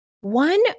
One